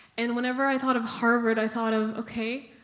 and whenever i thought of harvard, i thought of, ok,